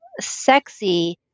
sexy